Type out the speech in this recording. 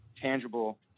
tangible